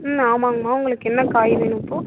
ம் ஆமாங்கம்மா உங்களுக்கு என்ன காய் வேணும் இப்போது